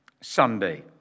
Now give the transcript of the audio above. Sunday